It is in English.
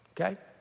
Okay